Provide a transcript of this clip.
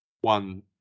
one